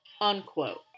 unquote